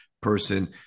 person